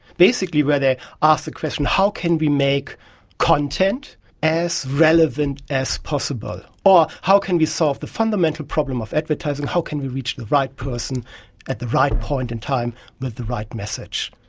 basically where they ask the question, how can we make content as relevant as possible? or, how can we solve the fundamental problem of advertising, how can we reach the right person at the right point in time with the right message?